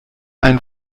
ein